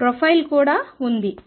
profile కూడా ఉంది